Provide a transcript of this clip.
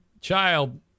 child